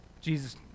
Jesus